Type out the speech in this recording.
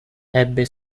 ebbe